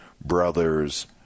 brothers